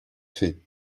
fait